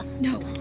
No